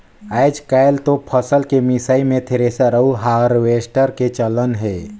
आयज कायल तो फसल के मिसई मे थेरेसर अउ हारवेस्टर के चलन हे